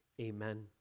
amen